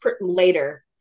later